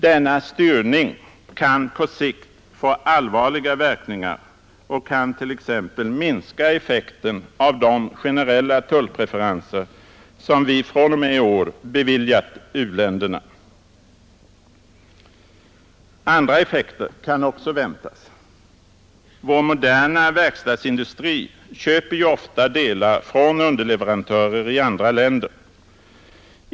Denna styrning kan på sikt få allvarliga verkningar och kan t.ex. minska effekten av de generella tullpreferenser som vi från och med i år beviljat u-länderna. Andra effekter kan också väntas. Vår moderna verkstadsindustri köper ju ofta delar från underleverantörer i andra länder.